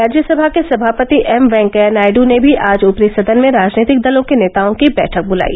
राज्यसभा के सभापति एम वेंकैया नायडू ने भी आज ऊपरी सदन में राजनीतिक दलों के नेताओं की बैठक बुलाई